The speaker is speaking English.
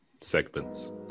segments